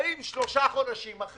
באים שלושה חודשים לפני תום המועד,